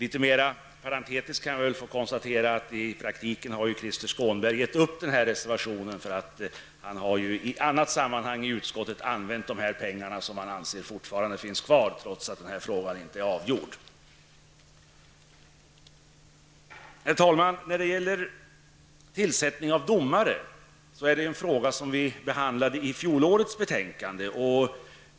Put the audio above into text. Inom parentes konstaterar jag att Krister Skånberg i praktiken har gett upp när det gäller denna reservation. I ett annat sammanhang i utskottet har han ju använt de pengar som han anser finns kvar -- men frågan är ännu inte avgjord. Herr talman! Frågan om tillsättningarna av domare behandlades i fjol i ett betänkande.